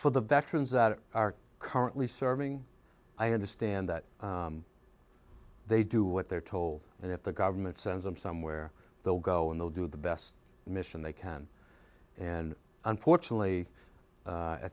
for the veterans that are currently serving i understand that they do what they're told and if the government sends them somewhere they'll go in they'll do the best mission they can and unfortunately